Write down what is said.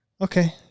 Okay